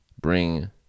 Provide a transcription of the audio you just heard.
bring